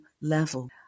level